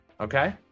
okay